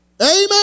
Amen